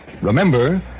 Remember